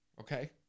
okay